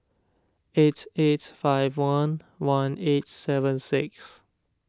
eight eight five one one eight seven six